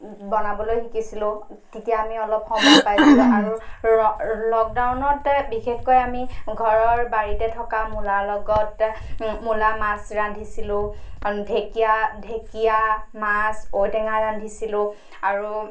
বনাবলৈ শিকিছিলোঁ তেতিয়া আমি অলপ সময় পাইছিলোঁ আৰু লকডাউনতে বিশেষকৈ আমি ঘৰৰ বাৰীতে থকা মূলাৰ লগত মূলা মাছ ৰান্ধিছিলোঁ আৰু ঢেঁকীয়া ঢেঁকীয়া মাছ ঔটেঙা ৰান্ধিছিলোঁ আৰু